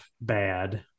bad